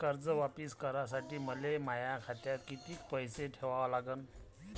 कर्ज वापिस करासाठी मले माया खात्यात कितीक पैसे ठेवा लागन?